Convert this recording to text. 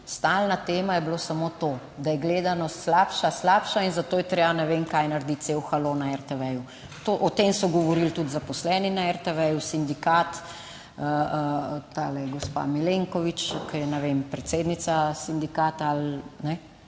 stalna tema je bilo samo to, da je gledanost slabša, slabša in zato je treba ne vem kaj narediti cel halo na RTV. O tem so govorili tudi zaposleni na RTV, ju, sindikat, tale gospa Milenkovič, ki je, ne vem, predsednica sindikata ali, ne.